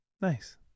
nice